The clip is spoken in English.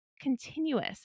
continuous